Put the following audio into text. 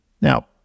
now